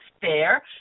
fair